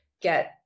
get